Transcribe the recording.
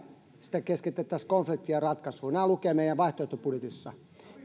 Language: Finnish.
sitä keskitettäisiin konfliktien ratkaisuun nämä lukevat meidän vaihtoehtobudjetissamme